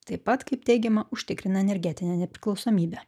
taip pat kaip teigiama užtikrina energetinę nepriklausomybę